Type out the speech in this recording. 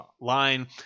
line